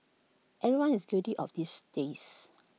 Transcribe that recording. everyone is guilty of these days